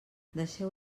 deixeu